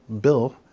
bill